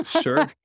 Sure